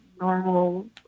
normal